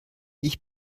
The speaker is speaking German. ich